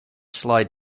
slide